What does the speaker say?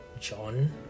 john